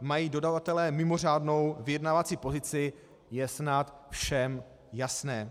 mají dodavatelé mimořádnou vyjednávací pozici, je snad všem jasné.